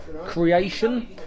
creation